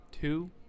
two